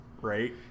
right